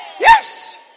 Yes